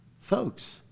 Folks